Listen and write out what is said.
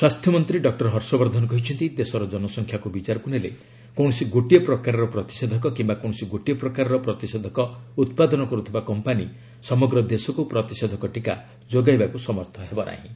ସ୍ୱାସ୍ଥ୍ୟମନ୍ତ୍ରୀ ଡକ୍ର ହର୍ଷବର୍ଦ୍ଧନ କହିଛନ୍ତି ଦେଶର ଜନସଂଖ୍ୟାକୁ ବିଚାରକୁ ନେଲେ କୌଣସି ଗୋଟିଏ ପ୍ରକାରର ପ୍ରତିଷେଧକ କିମ୍ବା କୌଣସି ଗୋଟିଏ ପ୍ରକାରର ପ୍ରତିଷେଧକ ଉତ୍ପାଦନ କରୁଥିବା କମ୍ପାନି ସମଗ୍ର ଦେଶକୁ ପ୍ରତିଷେଧକ ଟିକା ଯୋଗାଇବାକୁ ସମର୍ଥ ହେବନାହିଁ